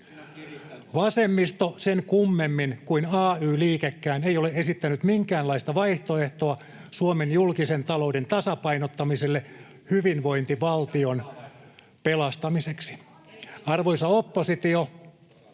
Vasemmisto, sen kummemmin kuin ay-liikekään, ei ole esittänyt minkäänlaista vaihtoehtoa Suomen julkisen talouden tasapainottamiselle hyvinvointivaltion pelastamiseksi. [Suna Kymäläinen: